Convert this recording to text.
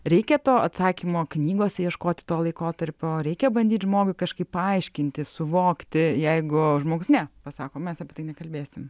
reikia to atsakymo knygose ieškoti to laikotarpio reikia bandyti žmogui kažkaip paaiškinti suvokti jeigu žmogus ne pasako mes apie tai nekalbėsim